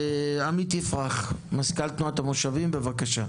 עמית יפרח מזכ"ל תנועת המושבים, בבקשה.